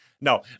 No